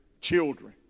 children